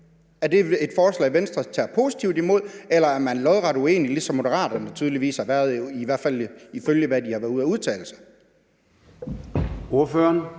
Er det et forslag, Venstre tager positivt imod, eller er man lodret uenig, ligesom Moderaterne tydeligvis har været det, i hvert fald ifølge det, de har været ude at udtale?